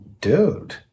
dude